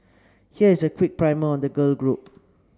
here is a quick primer on the girl group